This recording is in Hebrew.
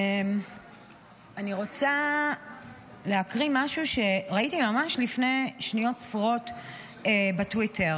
אני רוצה להקריא משהו שראיתי ממש לפני שניות ספורות בטוויטר.